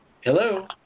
Hello